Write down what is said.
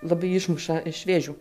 labai išmuša iš vėžių